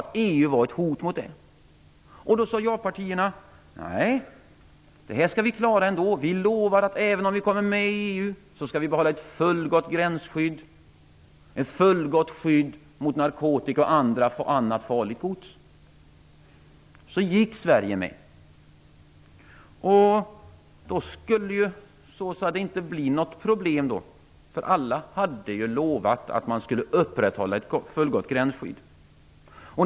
Då sade ja-partierna: Nej, det här skall vi klara ändå. Vi lovar att även om vi kommer med i EU skall vi behålla ett fullgott gränsskydd, ett fullgott skydd mot narkotika och annat farligt gods. Så gick Sverige med. Det skulle ju inte bli något problem, för alla hade ju lovat att man skulle upprätthålla ett fullgott gränsskydd.